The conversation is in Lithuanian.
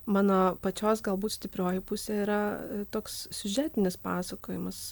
mano pačios galbūt stiprioji pusė yra toks siužetinis pasakojimas